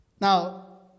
Now